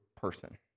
person